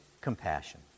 compassion